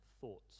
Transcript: thoughts